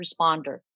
responder